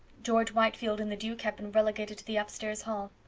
george whitefield and the duke have been relegated to the upstairs hall.